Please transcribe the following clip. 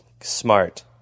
Smart